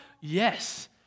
Yes